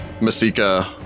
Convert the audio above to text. Masika